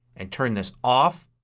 and turn this off,